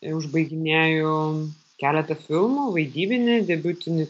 užbaiginėju keletą filmų vaidybinį debiutinį